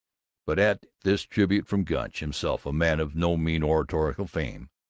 but at this tribute from gunch, himself a man of no mean oratorical fame,